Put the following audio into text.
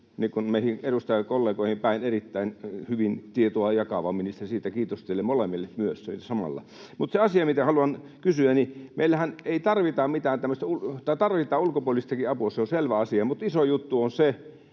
meihin edustajakollegoihin päin erittäin hyvin tietoa jakava ministeri. Siitä kiitos — myös teille molemmille samalla. Mutta se asia, mitä haluan kysyä: Meillähän ei tarvita mitään tämmöistä ulkopuolista, tai tarvitaan ulkopuolistakin apua, se on selvä asia, mutta iso juttu on se,